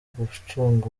gucunga